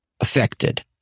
affected